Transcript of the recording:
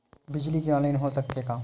बिजली के ऑनलाइन हो सकथे का?